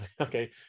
Okay